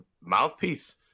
mouthpiece